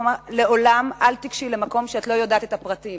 הוא אמר: לעולם אל תיגשי למקום כשאת לא יודעת את הפרטים.